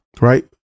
right